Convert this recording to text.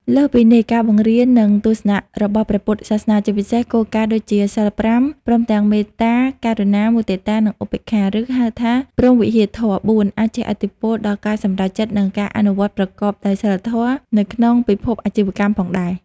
លើសពីនេះ ការបង្រៀន និងទស្សនៈរបស់ព្រះពុទ្ធសាសនា ជាពិសេសគោលការណ៍ដូចជា សីល៥ ព្រមទាំង មេត្តា ករុណា មុទិតា និងឧបេក្ខា ឬ ហៅថា ព្រហ្មវិហារធម៌៤ អាចជះឥទ្ធិពលដល់ការសម្រេចចិត្ត និង ការអនុវត្តប្រកបដោយសីលធម៌ នៅក្នុងពិភពអាជីវកម្មផងដែរ។